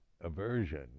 aversion